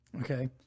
okay